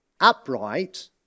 upright